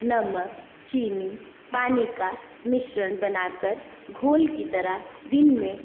नमक चीनी पानी का मिश्रण बनाकर घोल की तरह दिन में